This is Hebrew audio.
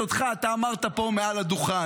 --- חבר הכנסת אלמוג כהן.